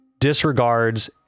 disregards